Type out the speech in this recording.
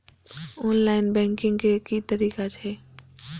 Online banking के की तरीका छै?